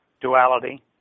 duality